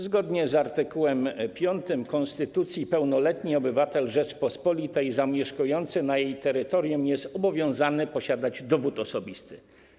Zgodnie z art. 5 konstytucji pełnoletni obywatel Rzeczypospolitej zamieszkujący na jej terytorium jest obowiązany posiadać dowód osobisty.